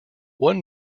one